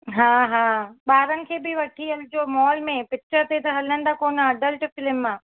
हा हा ॿारनि खे बि वठी हलिजो मॉल में पिचर ते त हलंदा कोन अडल्ट फ़िल्म आहे